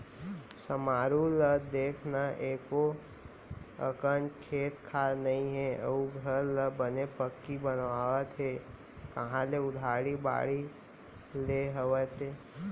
समारू ल देख न एको अकन खेत खार नइ हे अउ घर ल बने पक्की बनवावत हे कांहा ले उधारी बाड़ही ले हवय ते?